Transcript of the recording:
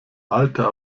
alte